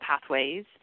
pathways